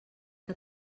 que